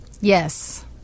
Yes